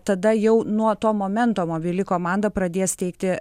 tada jau nuo to momento mobili komanda pradės teikti